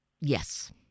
Yes